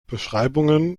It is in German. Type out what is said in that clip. beschreibungen